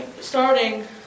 starting